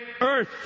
Earth